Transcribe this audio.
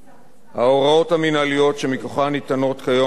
ההוראות המינהליות, שמכוחן ניתנות כיום ההטבות,